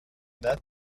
that